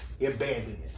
abandonment